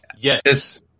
Yes